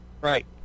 Right